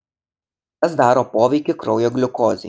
kas daro poveikį kraujo gliukozei